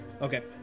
Okay